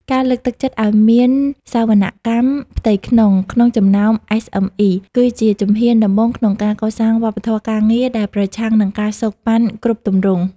ការលើកទឹកចិត្តឱ្យមាន "សវនកម្មផ្ទៃក្នុង" ក្នុងចំណោម SME គឺជាជំហានដំបូងក្នុងការកសាងវប្បធម៌ការងារដែលប្រឆាំងនឹង ការសូកប៉ាន់ គ្រប់ទម្រង់។